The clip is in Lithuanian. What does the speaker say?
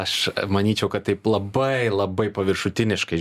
aš manyčiau kad taip labai labai paviršutiniškai